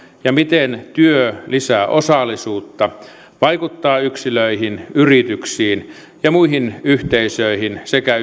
ja miten työ lisää osallisuutta vaikuttaa yksilöihin yrityksiin ja muihin yhteisöihin sekä